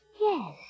Yes